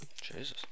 Jesus